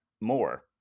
more